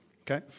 Okay